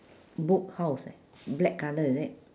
book house eh black colour is it